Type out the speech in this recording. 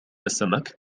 السمك